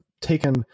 taken